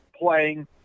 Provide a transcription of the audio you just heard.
playing –